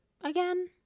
again